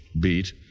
beat